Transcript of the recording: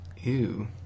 Ew